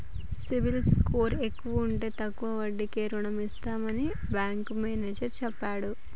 CIBIL score ఎక్కువ ఉంటే తక్కువ వడ్డీకే రుణం ఇస్తామని బ్యాంకు మేనేజర్ చెప్పిండు